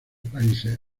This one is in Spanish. países